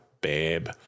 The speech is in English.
babe